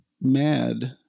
mad